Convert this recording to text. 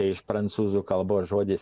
iš prancūzų kalbos žodis